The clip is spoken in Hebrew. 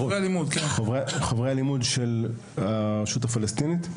של הרשות הפלסטינית?